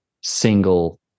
single